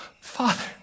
Father